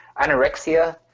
anorexia